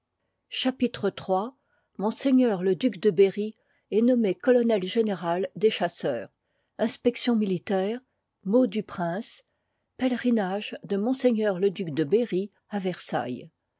chapitre iil ms le duc de berry est nommé coloneu général des chasseurs inspections mïli taires mot du prince pèleiinage de m le duc de berry à versailles